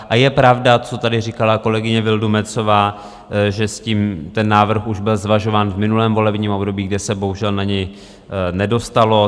A je pravda, co tady říkala kolegyně Vildumetzová, že s tím ten návrh už byl zvažován v minulém volebním období, kde se bohužel na něj nedostalo.